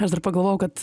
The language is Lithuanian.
aš dar pagalvojau kad